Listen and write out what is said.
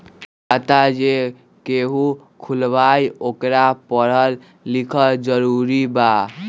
खाता जे केहु खुलवाई ओकरा परल लिखल जरूरी वा?